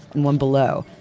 and one below.